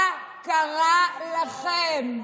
מה קרה לכם?